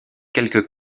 quelques